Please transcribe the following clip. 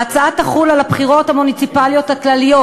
ההצעה תחול על הבחירות המוניציפליות הכלליות